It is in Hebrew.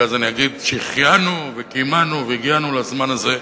ואז אני אגיד "שהחיינו וקיימנו והגיענו לזמן הזה".